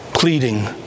Pleading